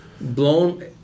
blown